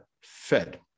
Fed